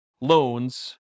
loans